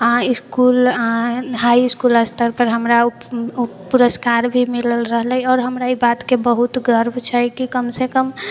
इसकुल high school स्तरपर हमरा पुरस्कार भी मिलल रहलै आओर हमरा ई बातके बहुत गर्व छै कि कमसँ कम